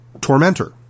tormentor